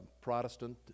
Protestant